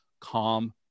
Calm